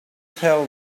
tell